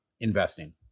investing